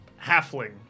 halfling